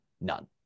none